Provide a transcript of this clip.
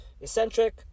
eccentric